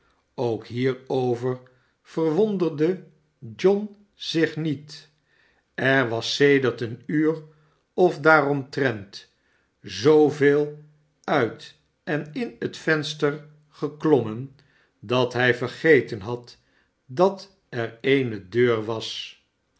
ook hierover verwonderde john zich niet er was sedert een uur of daaromtrent zooveel uit en in het venster geklommen dat hij vergeten had dat er eene deur was